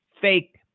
fake